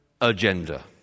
agenda